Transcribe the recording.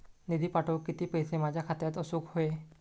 निधी पाठवुक किती पैशे माझ्या खात्यात असुक व्हाये?